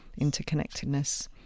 interconnectedness